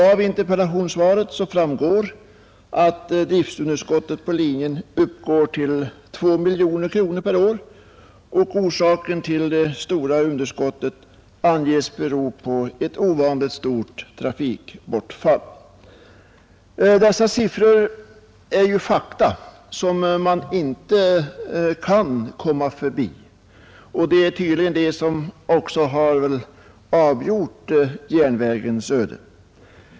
Av interpellationssvaret framgår att driftsunderskottet på linjen uppgår till 2 miljoner kronor per år. Orsaken till det stora underskottet anges vara ett ovanligt stort trafikbortfall. Dessa siffror är ju fakta som man inte kan komma förbi, och det är tydligen detta som också har avgjort järnvägens öde.